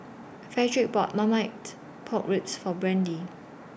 Fredric bought Marmite Pork Ribs For Brandee